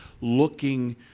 looking